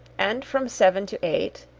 and from seven to eight,